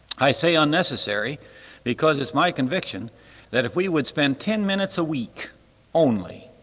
i say unnecessary because it's my conviction that if we would spend ten minutes a week only,